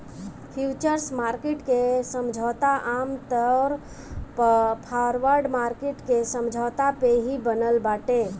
futures market के समझौता आमतौर पअ फॉरवर्ड मार्किट के समझौता पे ही बनल बाटे